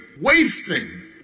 wasting